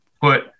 put